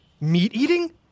meat-eating